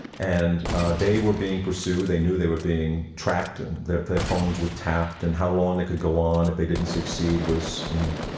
and they were being pursued. they knew they were being tracked, and their their phones were tapped, and how long they could go on if they didn't succeed was in